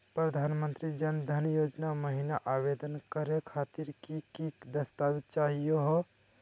प्रधानमंत्री जन धन योजना महिना आवेदन करे खातीर कि कि दस्तावेज चाहीयो हो?